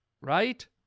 Right